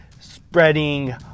spreading